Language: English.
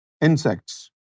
insects